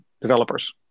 developers